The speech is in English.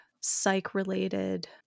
psych-related